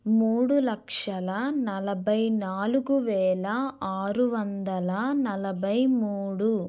మూడు లక్షల నలభై నాలుగు వేల ఆరు వందల నలభై మూడు